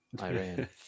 Iran